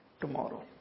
tomorrow